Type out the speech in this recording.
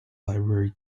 library